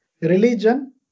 religion